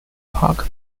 park